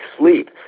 sleep